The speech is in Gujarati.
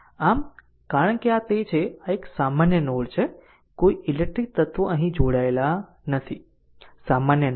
આમ કારણ કે આ તે છે આ એક સામાન્ય નોડ છે કોઈ ઈલેક્ટ્રીકલ તત્વો અહીં જોડાયેલા નથી સામાન્ય નોડ